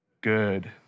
Good